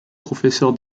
professeur